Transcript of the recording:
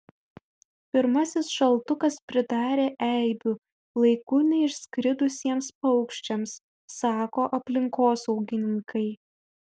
pirmasis šaltukas pridarė eibių laiku neišskridusiems paukščiams sako aplinkosaugininkai